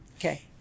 Okay